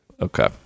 Okay